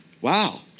wow